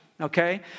okay